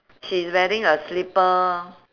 she's wearing a slipper